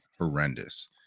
horrendous